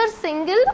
single